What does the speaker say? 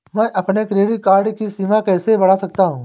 मैं अपने credit card की सीमा कैसे बढ़ा सकता हूँ?